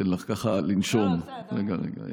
ניתן לך לנשום רגע.